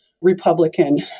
Republican